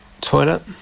toilet